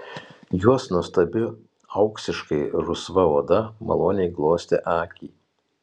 jos nuostabi auksiškai rusva oda maloniai glostė akį